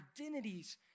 identities